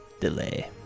Delay